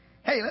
Hey